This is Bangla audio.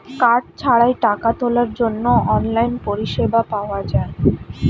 কার্ড ছাড়াই টাকা তোলার জন্য অনলাইন পরিষেবা পাওয়া যায়